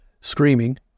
screaming